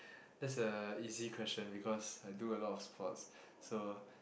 that's a easy question because I do a lot of sports so